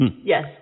Yes